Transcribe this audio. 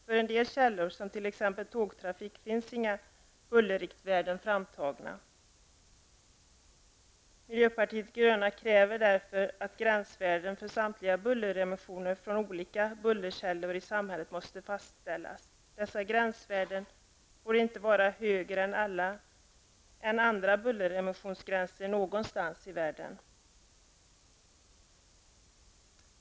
För en del källor, som t.ex. tågtrafik, finns inga bullerriktvärden framtagna. Miljöpartiet de gröna kräver därför att gränsvärden för samtliga bulleremissioner från olika bullerkällor i samhället måste fastställas. Dessa gränsvärden får inte vara högre än andra bulleremissionsgränser någonstans i världen.